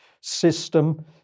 system